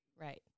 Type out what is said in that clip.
Right